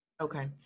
Okay